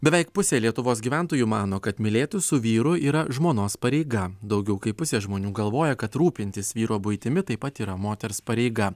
beveik pusė lietuvos gyventojų mano kad mylėtųs su vyru yra žmonos pareiga daugiau kaip pusė žmonių galvoja kad rūpintis vyro buitimi taip pat yra moters pareiga